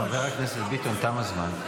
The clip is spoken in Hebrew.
חבר הכנסת ביטון, תם הזמן.